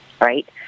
Right